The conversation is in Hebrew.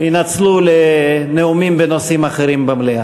ינצלו לנאומים בנושאים אחרים במליאה.